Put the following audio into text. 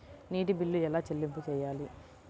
నీటి బిల్లు ఎలా చెల్లింపు చేయాలి?